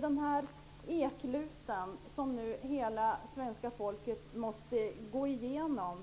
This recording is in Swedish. Den här ekluten måste hela svenska folket gå igenom.